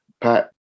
Pat